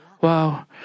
wow